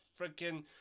freaking